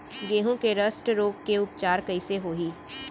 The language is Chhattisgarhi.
गेहूँ के रस्ट रोग के उपचार कइसे होही?